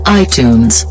iTunes